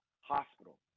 hospital